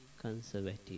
conservative